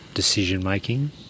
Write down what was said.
decision-making